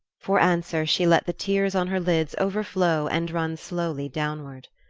for answer, she let the tears on her lids overflow and run slowly downward.